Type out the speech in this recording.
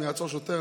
אם יעצור שוטר,